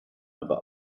aber